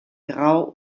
grau